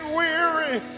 weary